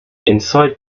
inside